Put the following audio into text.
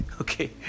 Okay